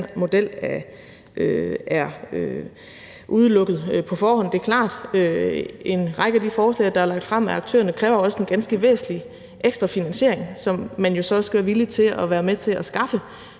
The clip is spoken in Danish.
model er udelukket på forhånd. Det er klart, at en række af de forslag, der er lagt frem af aktørerne, kræver også en ganske væsentlig ekstra finansiering, som man jo så også skal være villig til at være med til at skaffe